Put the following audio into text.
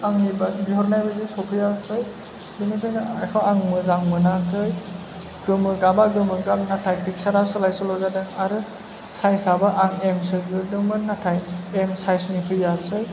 आंनि बादि बिहरनाय बादि सफैयासै बेनिखायनो बेखौ आङो मोजां मोनाखै गोमो गाबआ गोमो गाब नाथाय फिखसारा सोलाय सल' जादों आरो सायसआबो आं एमसो बिहरदोंमोन नाथाय एम सायसनि फैयासै